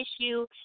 issue